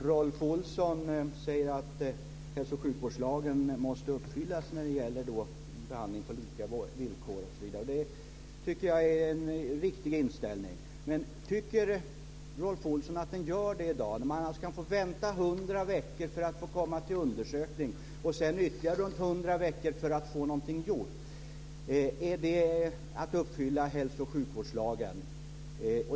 Fru talman! Rolf Olsson säger att hälso och sjukvårdslagen måste uppfyllas när det gäller behandling på lika villkor osv. Det tycker jag är en riktig inställning. Men tycker Rolf Olsson att den gör det i dag, när man alltså kan få vänta 100 veckor för att få komma till undersökning och sedan ytterligare runt 100 veckor för att få någonting gjort? Är det att uppfylla hälso och sjukvårdslagen?